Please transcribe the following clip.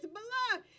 blood